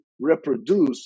reproduce